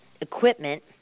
equipment